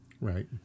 Right